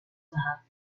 for